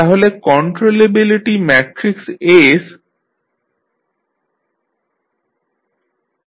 তাহলে controllability matrix SBABA2BAn 1B